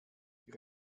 die